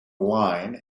line